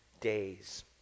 days